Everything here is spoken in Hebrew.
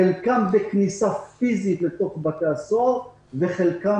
חלקם בכניסה פיזית לתוך בתי הסוהר וחלקם